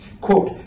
quote